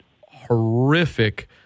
horrific